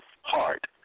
heart